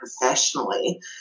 professionally